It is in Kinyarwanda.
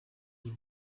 uru